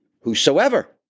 Whosoever